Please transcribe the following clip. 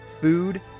food